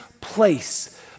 place